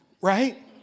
right